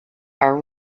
are